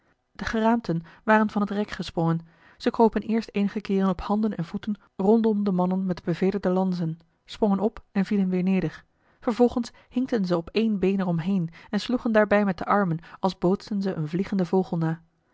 de geraamten waren van het rek gesprongen ze kropen eerst eenige keeren op handen en voeten rondom de mannen met de beverderde lansen sprongen op en vielen weer neder vervolgens hinkten ze op één been er om heen en sloegen daarbij met de armen als bootsten ze een vliegenden vogel